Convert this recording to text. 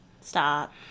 Stop